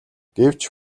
гэвч